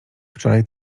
wczoraj